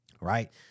Right